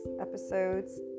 Episodes